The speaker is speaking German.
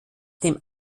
dem